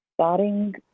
starting